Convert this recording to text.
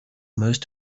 most